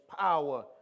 power